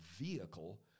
vehicle